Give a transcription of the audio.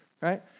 Right